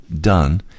done